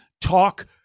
talk